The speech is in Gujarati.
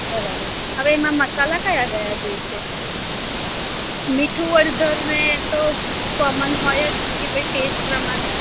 બરાબર હવે એમાં મસાલા ક્યા ક્યા જોઈશે મીઠું હળદર ને એ તો કોમન હોય જ કે ભઈ ટેસ્ટ પ્રમાણે